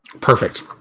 Perfect